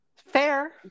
fair